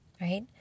right